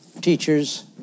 teachers